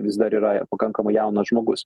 vis dar yra pakankamai jaunas žmogus